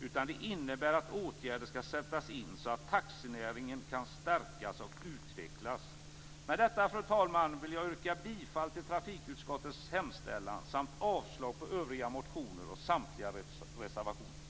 ", utan det innebär att åtgärder skall sättas in så att taxinäringen kan stärkas och utvecklas. Fru talman! Med detta vill jag yrka bifall till trafikutskottets hemställan samt avslag på övriga motioner och samtliga reservationer.